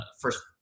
first